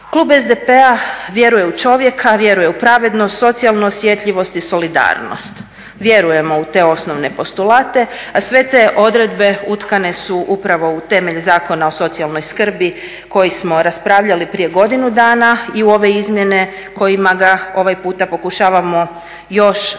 Klub SDP-a vjeruje u čovjeka, vjeruje u pravednost, socijalnu osjetljivost i solidarnost. Vjerujemo u te osnovne postulate, a sve te odredbe utkane su upravo u temelj Zakona o socijalnoj skrbi koji smo raspravljali prije godinu dana i u ove izmjene kojima ga ovaj puta pokušavamo još bolje,